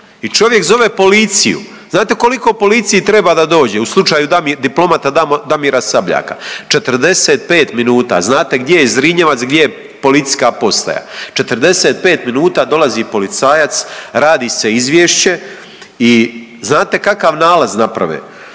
I čovjek zove policiju. Znate koliko policiji treba da dođe u slučaju diplomata Damira Sabljaka? 45 minuta. Znate gdje je Zrinjevac gdje je policijska postaja, 45 minuta dolazi policajac radi se izvješće i znate kakav nalaz naprave?